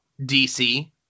DC